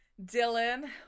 Dylan